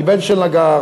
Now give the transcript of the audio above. אני בן של נגר,